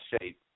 shape